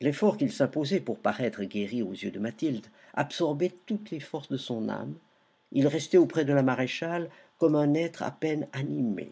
l'effort qu'il s'imposait pour paraître guéri aux yeux de mathilde absorbait toutes les forces de son âme il restait auprès de la maréchale comme un être à peine animé